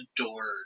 adored